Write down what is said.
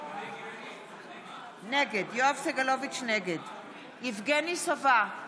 נגד יבגני סובה,